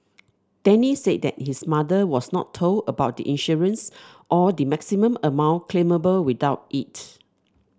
Denny said that his mother was not told about the insurance or the maximum amount claimable without it